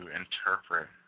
interpret